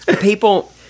People